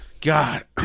God